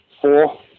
four